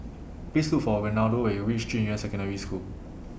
Please Look For Renaldo when YOU REACH Junyuan Secondary School